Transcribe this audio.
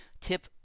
tip